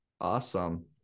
Awesome